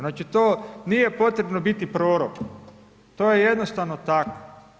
Znači to nije potrebno biti prorok, to je jednostavno tako.